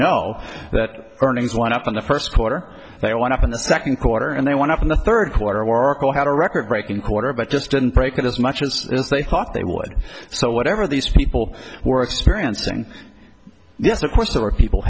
know that earnings one up in the first quarter they went up in the second quarter and they went up in the third quarter oracle had a record breaking quarter but just didn't break it as much as they thought they would so whatever these people were experiencing yes of course there were people